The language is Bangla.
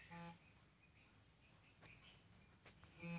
কিষান মান্ডির কার সঙ্গে যোগাযোগ করলে ফসলের সঠিক মূল্য জানতে পারবো?